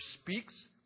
speaks